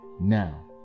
now